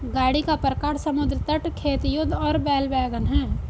गाड़ी का प्रकार समुद्र तट, खेत, युद्ध और बैल वैगन है